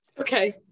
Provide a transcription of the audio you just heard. okay